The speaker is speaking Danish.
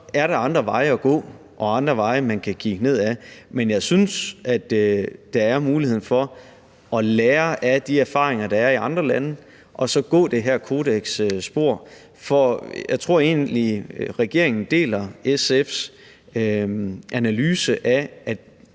så er der andre veje at gå og andre veje, man kan kigge ned ad, men jeg synes, at der er mulighed for at lære af de erfaringer, der er i andre lande, og så gå ad det her kodeksspor. For jeg tror egentlig, regeringen deler SF's analyse af,